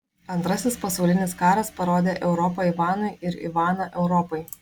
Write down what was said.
antrasis pasaulinis karas parodė europą ivanui ir ivaną europai